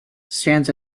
stands